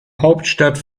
hauptstadt